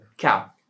Cow